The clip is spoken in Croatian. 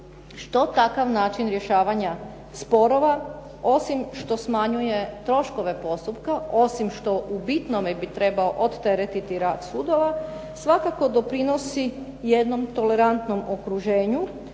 što takav način rješavanja sporova, osim što smanjuje troškove postupka, osim što u bitnome bi trebao odteretiti rad sudova, svakako doprinosi jednom tolerantnom okruženju